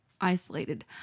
isolated